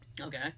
Okay